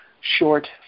short